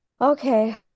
okay